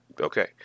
Okay